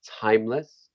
timeless